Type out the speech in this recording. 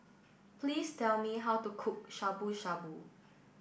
please tell me how to cook Shabu Shabu